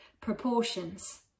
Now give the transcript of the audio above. proportions